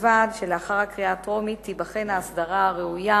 ובלבד שלאחר הקריאה הטרומית תיבחן ההסדרה הראויה